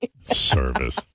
Service